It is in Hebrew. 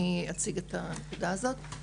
אני אציג את העמדה הזאת.